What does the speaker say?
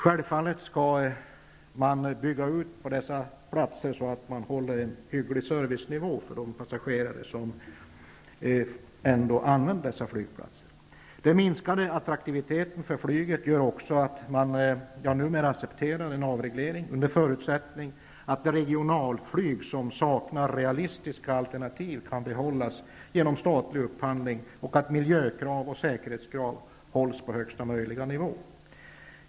Självfallet bör man bygga ut på dessa platser i syfte att uppnå en hygglig servicenivå för de passagerare som använder dem. Den minskade attraktiviteten för flyget gör också att jag numera accepterar en avreglering, under förutsättning att det regionalflyg som saknar realistiska alternativ kan behållas genom statlig upphandling, och att miljökrav och säkerhetskrav hålls på högsta möjliga nivå.